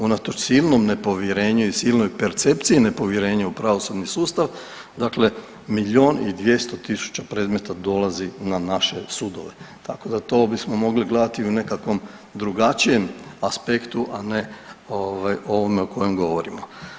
Unatoč silnom nepovjerenju i silnoj percepciji nepovjerenja u pravosudni sustav, dakle milijun i 200 tisuća predmeta dolazi na naše sudove, tako da to bismo mogli gledati u nekakvom drugačijem aspektu, a ne ovaj o kojem govorimo.